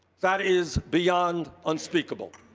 that is beyond unspeakable.